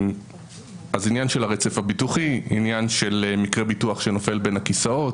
עניין הרצף הביטוחי; עניין של מקרה ביטוח שנופל בין הכיסאות,